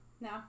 No